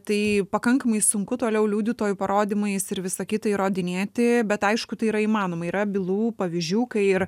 tai pakankamai sunku toliau liudytojų parodymais ir visa kita įrodinėti bet aišku tai yra įmanoma yra bylų pavyzdžių kai ir